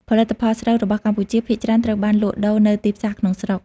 ផលិតផលស្រូវរបស់កម្ពុជាភាគច្រើនត្រូវបានលក់ដូរនៅទីផ្សារក្នុងស្រុក។